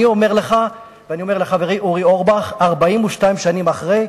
אני אומר לך ואני אומר לחברי אורי אורבך: 42 שנים אחרי,